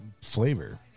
flavor